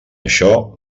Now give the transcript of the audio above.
això